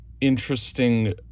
interesting